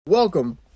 welcome